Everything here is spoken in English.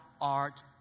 art